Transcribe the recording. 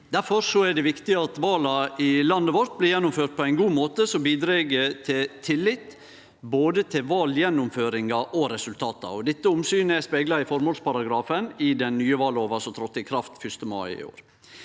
Difor er det viktig at vala i landet vårt blir gjennomførte på ein god måte, som bidreg til tillit til både valgjennomføringa og resultata. Dette omsynet er spegla i formålsparagrafen i den nye vallova, som tredde i kraft 1. mai i år.